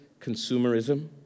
consumerism